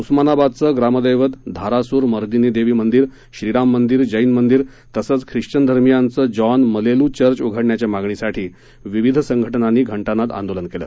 उस्मानाबादचं ग्रामदैवत धारासूर मर्दिनीदेवी मंदिर श्रीराम मंदिर जैन मंदिर तसंच ख्रिश्चन धर्मियांचं जॉन मलेलू चर्च उघडण्याच्या मागणीसाठी विविध संघटनांनी घंटानाद आंदोलन केलं